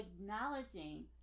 acknowledging